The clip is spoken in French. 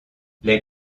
les